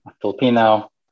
Filipino